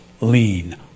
lean